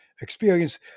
Experience